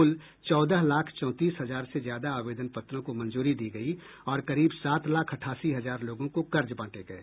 कुल चौदह लाख चौंतीस हजार से ज्यादा आवेदन पत्रों को मंजूरी दी गई और करीब सात लाख अठासी हजार लोगों को कर्ज बांटे गये